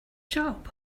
job